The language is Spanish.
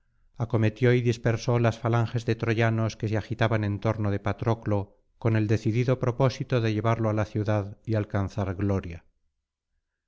acometió y dispersó las falanges de troyanos que se agitaban en torno de patroclo con el decidido propósito de llevarlo á la ciudad y alcanzar gloria